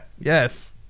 Yes